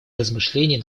размышлений